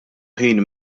ħin